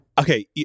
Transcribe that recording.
okay